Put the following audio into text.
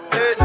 Hey